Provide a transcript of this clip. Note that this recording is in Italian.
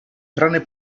tranne